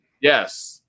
yes